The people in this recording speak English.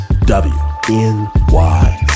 W-N-Y